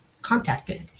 contacted